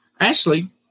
Ashley